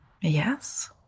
yes